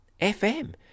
FM